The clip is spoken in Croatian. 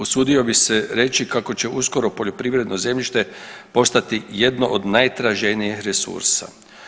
Usudio bi se reći kako će uskoro poljoprivredno zemljište postati jedno od najtraženijih resursa.